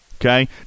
Okay